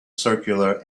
circular